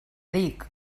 dic